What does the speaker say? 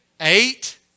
eight